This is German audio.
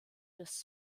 des